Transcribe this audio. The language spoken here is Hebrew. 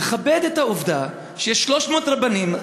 תכבד את העובדה ש-300 רבנים,